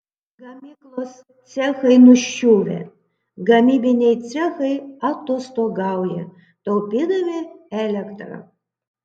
gamyklos cechai nuščiuvę gamybiniai cechai atostogauja taupydami elektrą